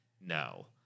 no